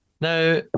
Now